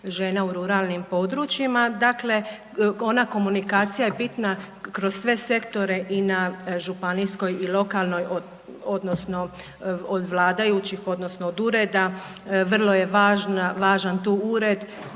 žena u ruralnim područjima. Dakle, ona komunikacija je bitna kroz sve sektore i na županijskoj i lokalnoj odnosno od vladajućih odnosno od ureda, vrlo je važan tu ured